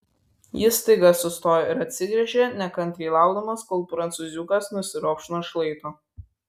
jis staiga sustojo ir atsigręžė nekantriai laukdamas kol prancūziukas nusiropš nuo šlaito